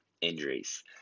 injuries